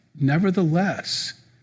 Nevertheless